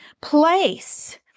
place